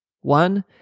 One